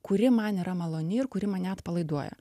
kuri man yra maloni ir kuri mane atpalaiduoja